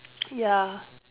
ya